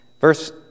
verse